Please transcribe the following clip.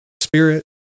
spirit